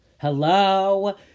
Hello